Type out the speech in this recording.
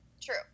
true